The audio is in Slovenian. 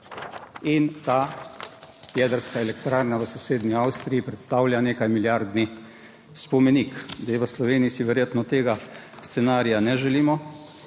in ta jedrska elektrarna v sosednji Avstriji predstavlja nekaj milijardni spomenik. Zdaj v Sloveniji si verjetno tega scenarija ne želimo,